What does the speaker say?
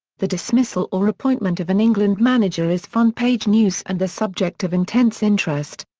the dismissal or appointment of an england manager is front page news and the subject of intense interest.